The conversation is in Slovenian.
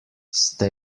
ste